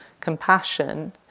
compassion